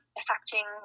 affecting